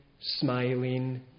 smiling